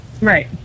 Right